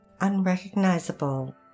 unrecognizable